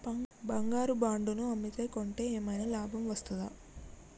బంగారు బాండు ను అమ్మితే కొంటే ఏమైనా లాభం వస్తదా?